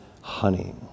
honey